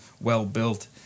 well-built